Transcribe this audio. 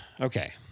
Okay